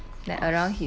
of course